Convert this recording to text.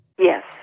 Yes